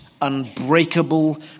unbreakable